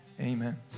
amen